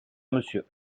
monsieur